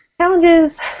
Challenges